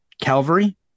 Calvary